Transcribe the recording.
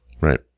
Right